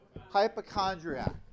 Hypochondriac